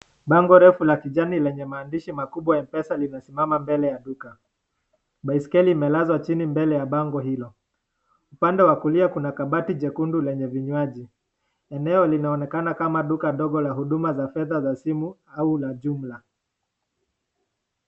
Bango refu la kijani lenye maandishi makubwa mpesa limesimama mbele ya duka, baiskeli imelazwa chini mbele ya bango hilo. Upande wa kulia kuna kabati jekundu lenye vinywaji, eneo linaonekana kama duka dogo la huduma za fedha za simu au la jumla.